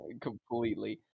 completely